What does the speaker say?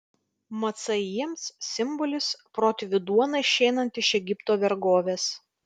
macai jiems simbolis protėvių duona išeinant iš egipto vergovės